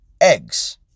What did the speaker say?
eggs